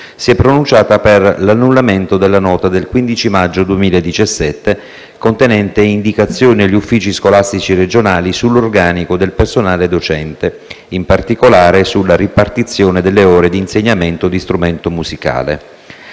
si è pronunciata per l'annullamento della nota del 15 maggio 2017, contenente indicazioni agli uffici scolastici regionali sull'organico del personale docente, in particolare sulla ripartizione delle ore di insegnamento di strumento musicale.